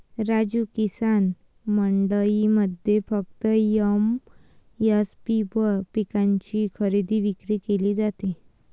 राजू, किसान मंडईमध्ये फक्त एम.एस.पी वर पिकांची खरेदी विक्री केली जाते